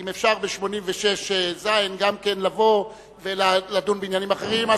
אם אפשר ב-88(ז) גם לבוא ולדון בעניינים אחרים.